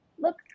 look